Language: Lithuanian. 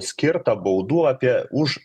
skirta baudų apie už